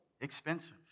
expensive